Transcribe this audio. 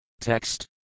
Text